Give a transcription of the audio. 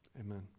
Amen